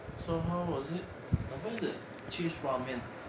so how was it I find that cheese ramen